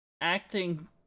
Acting